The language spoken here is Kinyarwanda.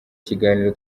ikiganiro